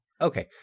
Okay